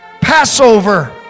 Passover